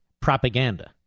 Propaganda